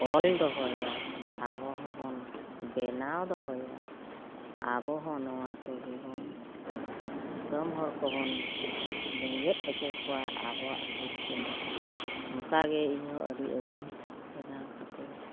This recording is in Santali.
ᱚᱞ ᱫᱚᱦᱚᱭᱟ ᱟᱵᱚ ᱦᱚᱸᱵᱚᱱ ᱵᱮᱱᱟᱣ ᱫᱚᱦᱚᱭᱟ ᱟᱵᱚᱦᱚᱸ ᱱᱚᱣᱟ ᱛᱮᱜᱮᱵᱚᱱ ᱫᱤᱥᱚᱢ ᱦᱚᱲ ᱠᱚᱵᱚᱱ ᱵᱮᱸᱜᱮᱫ ᱦᱚᱪᱚ ᱠᱚᱣᱟ ᱟᱵᱚᱣᱟᱜ ᱵᱷᱤᱛ ᱯᱤᱰᱟᱹᱨᱮ ᱚᱱᱠᱟᱜᱮ ᱤᱧᱦᱚᱸ ᱟᱹᱰᱤ ᱟᱹᱰᱤ ᱵᱮᱱᱟᱣ ᱠᱟᱛᱮ